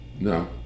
no